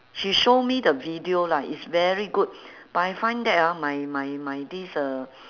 she show me the video lah it's very good but I find that ah my my my this uh